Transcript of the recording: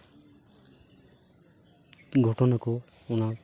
ᱜᱷᱚᱴᱚᱱ ᱠᱚ ᱚᱱᱟ